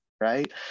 Right